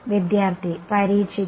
വിദ്യാർത്ഥി പരീക്ഷിക്കൽ